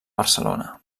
barcelona